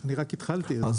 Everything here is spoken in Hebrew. רק התחלתי.